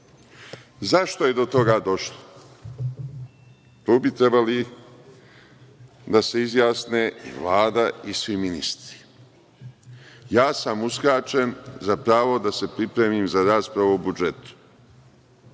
Zašto je do toga došlo? To bi trebali da se izjasne Vlada i svi ministri. Uskraćen sam za pravo da se pripremim za raspravu o budžetu.